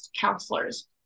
counselors